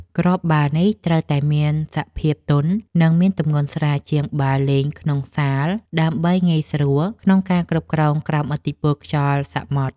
គ្រាប់បាល់នេះត្រូវតែមានសភាពទន់ និងមានទម្ងន់ស្រាលជាងបាល់លេងក្នុងសាល ដើម្បីងាយស្រួលក្នុងការគ្រប់គ្រងក្រោមឥទ្ធិពលខ្យល់សមុទ្រ។